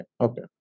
okay